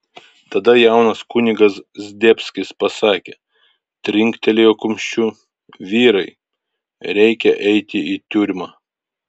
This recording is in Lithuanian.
tada jaunas kunigas zdebskis pasakė trinktelėjo kumščiu vyrai reikia eiti į tiurmą